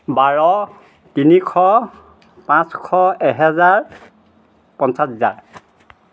বাৰ তিনিশ পাঁচশ এহেজাৰ পঞ্চাছ হাজাৰ